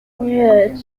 eight